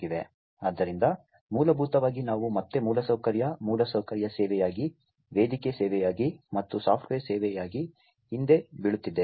ಆದ್ದರಿಂದ ಮೂಲಭೂತವಾಗಿ ನಾವು ಮತ್ತೆ ಮೂಲಸೌಕರ್ಯ ಮೂಲಸೌಕರ್ಯ ಸೇವೆಯಾಗಿ ವೇದಿಕೆ ಸೇವೆಯಾಗಿ ಮತ್ತು ಸಾಫ್ಟ್ವೇರ್ ಸೇವೆಯಾಗಿ ಹಿಂದೆ ಬೀಳುತ್ತಿದ್ದೇವೆ